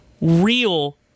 real